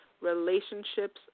relationships